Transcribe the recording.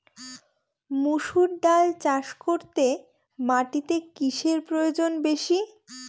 মুসুর ডাল চাষ করতে মাটিতে কিসে প্রয়োজন বেশী?